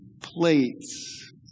plates